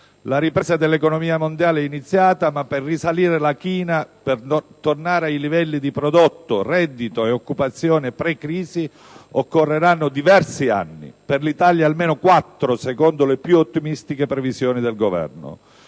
La ripresa dell'economia mondiale è iniziata ma, per risalire la china e tornare ai livelli di prodotto, reddito e occupazione pre-crisi, occorreranno diversi anni (per l'Italia almeno quattro, secondo le più ottimistiche previsioni del Governo).